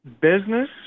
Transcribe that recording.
business